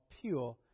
pure